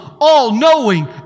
all-knowing